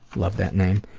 love that name.